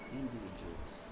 individuals